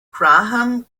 graham